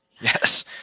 yes